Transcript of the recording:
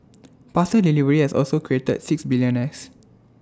parcel delivery has also created six billionaires